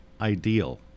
ideal